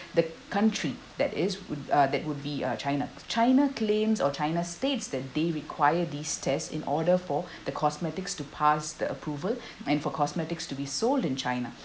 the country that is would uh that would be uh china china claims or china states that they require these tests in order for the cosmetics to pass the approval and for cosmetics to be sold in china